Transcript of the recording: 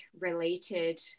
related